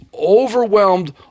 overwhelmed